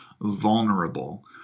vulnerable